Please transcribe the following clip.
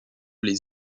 les